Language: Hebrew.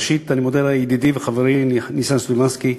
ראשית, אני מודה לידידי וחברי ניסן סלומינסקי,